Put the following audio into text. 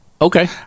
Okay